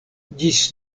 ĝis